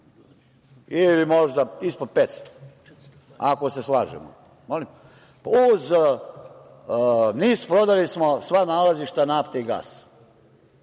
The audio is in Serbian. ili možda ispod 500, ako se slažemo. Uz NIS, prodali smo sva nalazišta nafte i gasa.